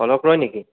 অলক ৰয় নেকি